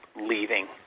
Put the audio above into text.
leaving